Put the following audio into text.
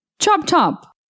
Chop-chop